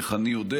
איך אני יודע?